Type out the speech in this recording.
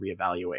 reevaluate